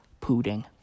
pudding